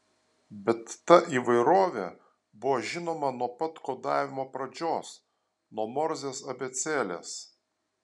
bet ta įvairovė buvo žinoma nuo pat kodavimo pradžios nuo morzės abėcėlės